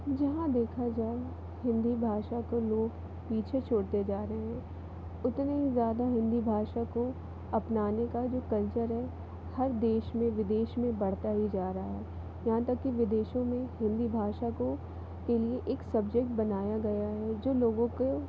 जहाँ देखा जाए हिंदी भाषा को लोग पीछे छोड़ते जा रहे हैं उतने ही ज़्यादा हिंदी भाषा को अपनाने का जो कल्चर है हर देश में विदेश में बढ़ता ही जा रहा है यहाँ तक की विदेशों में हिंदी भाषा को के लिए एक सब्जेक्ट बनाया गया है जो लोगों को